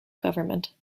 government